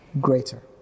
greater